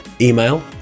email